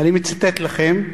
אני מצטט לכם.